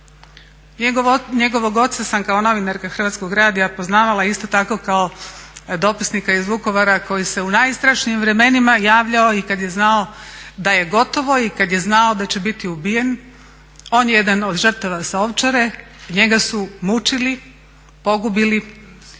njegovog oca kao novinarka Hrvatskog radija poznavala isto tako kao dopisnika iz Vukovara koji se u najstrašnijim vremenima javljao i kada je znao da je gotovo i kada je znao da će biti ubijen. On je jedan od žrtava sa Ovčare, njega su mučili, pogubili,